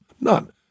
None